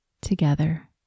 Together